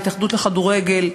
ההתאחדות לכדורגל,